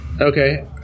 Okay